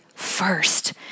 first